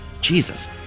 Jesus